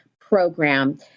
program